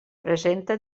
presenta